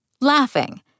Laughing